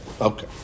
Okay